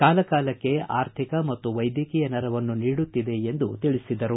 ಕಾಲಕಾಲಕ್ಕೆ ಆರ್ಥಿಕ ಮತ್ತು ವೈದ್ಯಕೀಯ ನೆರವನ್ನು ನೀಡುತ್ತಿದೆ ಎಂದು ತಿಳಿಸಿದರು